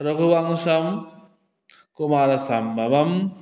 रघुवंशं कुमारसम्भवम्